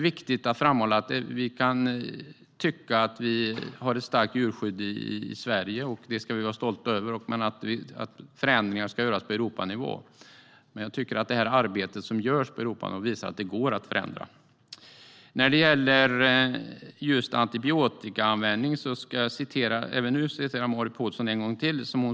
Vi kan tycka att vi har ett starkt djurskydd i Sverige, och det ska vi vara stolta över, men förändringar ska genomföras på Europanivå. Arbetet som görs på Europanivå visar att det går att förändra. När det gäller antibiotikaanvändningen vill jag citera Marit Paulsen.